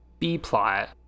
b-plot